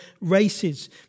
races